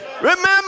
Remember